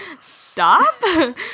stop